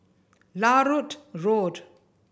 Larut Road